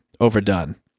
overdone